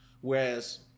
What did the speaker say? Whereas